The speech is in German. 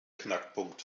knackpunkt